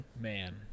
Man